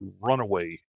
runaway